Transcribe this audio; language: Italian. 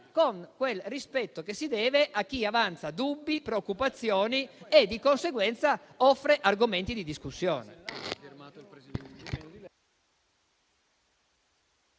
con quel rispetto che si deve a chi avanza dubbi, preoccupazioni e, di conseguenza, offre argomenti di discussione.